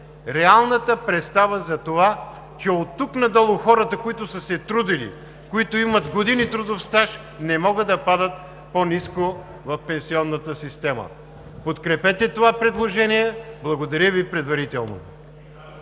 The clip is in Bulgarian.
реалната представа за това, че оттук нататък хората, които са се трудили, които имат години трудов стаж, не могат да падат по-ниско в пенсионната система. Подкрепете това предложение. Благодаря Ви предварително.